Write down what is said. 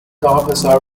officer